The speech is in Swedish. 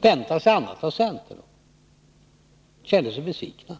väntat sig annat av centern och kände sig besvikna.